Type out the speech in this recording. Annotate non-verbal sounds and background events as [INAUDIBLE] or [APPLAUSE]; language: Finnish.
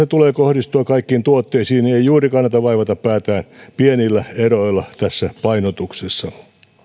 [UNINTELLIGIBLE] tulee kohdistua kaikkiin tuotteisiin niin ei juuri kannata vaivata päätään pienillä eroilla tässä painotuksessa